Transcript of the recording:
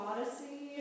Odyssey